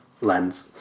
Lens